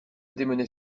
démenait